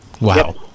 Wow